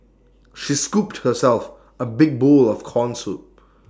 she scooped herself A big bowl of Corn Soup